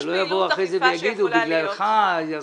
יש פעילות אכיפה שיכולה להיות פחות טובה.